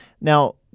now